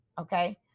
okay